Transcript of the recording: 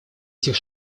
этих